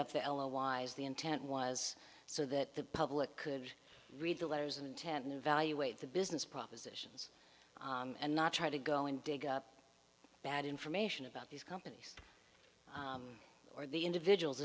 up the l a wise the intent was so that the public could read the letters of intent valuate the business propositions and not try to go and dig up bad information about these companies or the individual